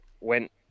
went